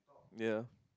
ya